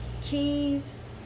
keys